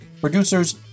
producers